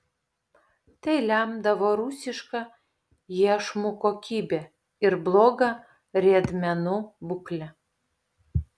tai lemdavo rusiška iešmų kokybė ir bloga riedmenų būklė